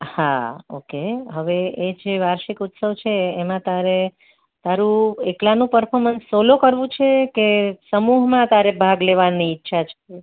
હા ઓકે હવે એ જે વાર્ષિક ઉત્સવ છે એમાં તારે તારું એકલાનું પરફોર્મન્સ સોલો કરવું છે કે સમૂહમાં તારે ભાગ લેવાની ઈચ્છા છે